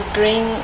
bring